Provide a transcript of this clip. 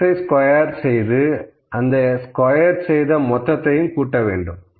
xiஐ square செய்து அந்த square செய்த மொத்தத்தையும் கூட்ட வேண்டும்